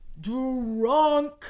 drunk